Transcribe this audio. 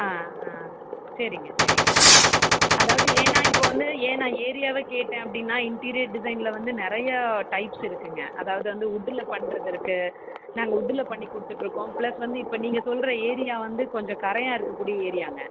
ஆ ஆ சரிங்க சரிங்க சரிங் அதாவது ஏன்னா இப்போ வந்து ஏன்னா ஏரியாவை கேட்டேன் அப்படின்னா இன்டீரியர் டிசைனில் வந்து நிறையா டைப்ஸ் இருக்குங்க அதாவது வந்து உட்டில் பண்ணுறது இருக்கு நாங்கள் உட்டில் பண்ணிக் கொடுத்துட்ருக்கோம் பிளஸ் வந்து இப்போ நீங்கள் சொல்லுற ஏரியா வந்து கொஞ்சம் கரையான் இருக்கக்கூடிய ஏரியாங்க